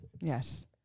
Yes